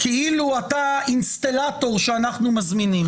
כאילו אתה אינסטלטור שאנחנו מזמינים.